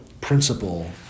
principle